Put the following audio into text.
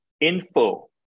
info